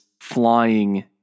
flying